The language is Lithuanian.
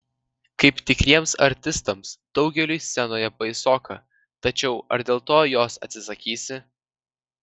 kaip tikriems artistams daugeliui scenoje baisoka tačiau ar dėl to jos atsisakysi